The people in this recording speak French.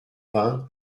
vingt